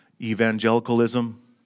evangelicalism